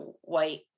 white